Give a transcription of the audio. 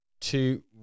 two